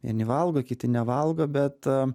vieni valgo kiti nevalgo bet